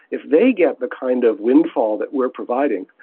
if they get the kind of windfall that we are providing,